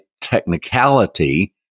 technicality